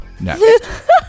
next